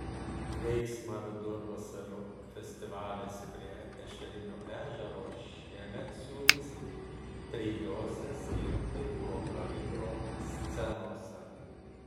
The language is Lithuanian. veiksmą vidurvasario festivalis prie ešerinio ežero šiemet siūlys trijose skirtingo kalibro scenose